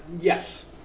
Yes